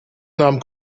nahm